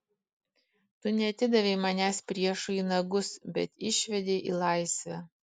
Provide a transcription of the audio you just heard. tu neatidavei manęs priešui į nagus bet išvedei į laisvę